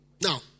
Now